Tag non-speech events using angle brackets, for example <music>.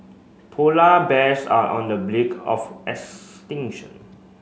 polar bears are on the <unintelligible> of extinction